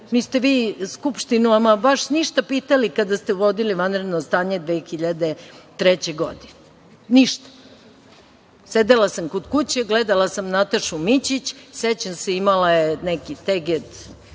niste vi Skupštinu ama baš ništa pitali kada ste uvodili vanredno stanje 2003. godine, ništa. Sedela sam kod kuće, gledala sam Natašu Mićić. Sećam se imala je neki teget